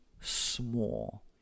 small